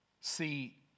See